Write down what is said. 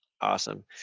Awesome